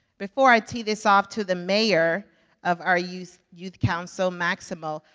before i tee this off to the mayor of our youth youth council, maximo,